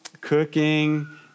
cooking